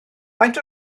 faint